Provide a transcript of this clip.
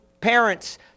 parents